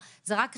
זה רק ראשוני.